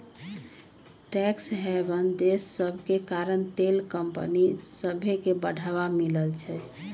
tax haven देश सभके कारण तेल कंपनि सभके बढ़वा मिलइ छै